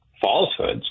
falsehoods